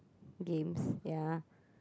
games ya